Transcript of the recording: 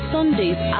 Sundays